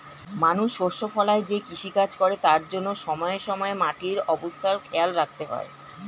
মানুষ শস্য ফলায় যে কৃষিকাজ করে তার জন্যে সময়ে সময়ে মাটির অবস্থা খেয়াল রাখতে হয়